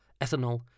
ethanol